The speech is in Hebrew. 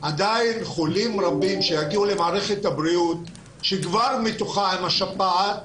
עדיין חולים רבים שיגיעו למערכת הבריאות שכבר מתוחה עם השפעת,